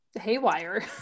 haywire